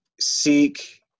seek